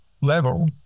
level